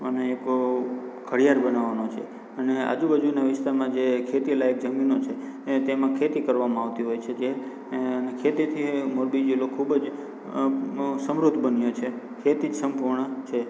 અને એક ઘડિયાળ બનાવવાનો છે અને આજુબાજુના વિસ્તારમાં જે ખેતીલાયક જમીનો છે તેમાં ખેતી કરવામાં આવતી હોય હોય છે જે અને ખેતીથી મોરબી જિલ્લો ખૂબ જ સમૃદ્ધ બન્યો છે ખેતી જ સંપૂર્ણ છે